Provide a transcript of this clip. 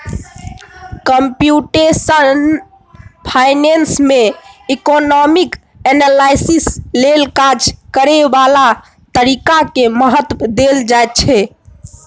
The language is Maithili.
कंप्यूटेशनल फाइनेंस में इकोनामिक एनालिसिस लेल काज करए बला तरीका के महत्व देल जाइ छइ